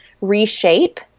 reshape